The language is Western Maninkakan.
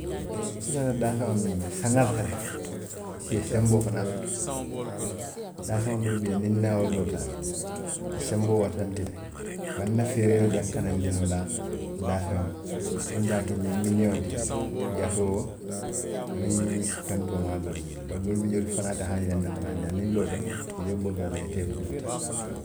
N futata daakaa miŋ to hani a tara a si i senboo fanaa soto, daafeŋo doo bi jee niŋ n niŋ wo loota, a senboo warata n ti le, bari n na feeree le be n kanandi noo la wo daafeŋo ma, miŋ taata miniyaŋo ti, jatoo, aniv feŋ toomaalu, bari doolu bi jee wolu te haañi la nte fanaa ñaa niŋ n loota, i bori la le, i ye taa i kuŋo ti